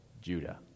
Judah